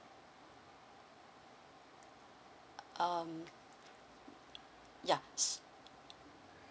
um ya